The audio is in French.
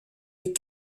les